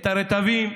את הרטבים,